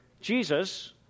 Jesus